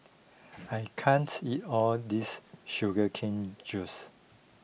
I can't eat all this Sugar Cane Juice